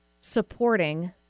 supporting